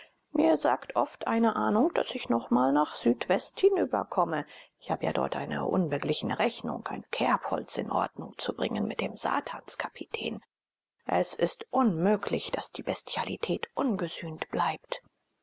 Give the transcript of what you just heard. mir sagt oft eine ahnung daß ich noch mal nach südwest hinüberkomme ich habe ja dort eine unbeglichene rechnung ein kerbholz in ordnung zu bringen mit dem satanskapitän es ist unmöglich daß die bestialität ungesühnt bleibt